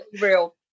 real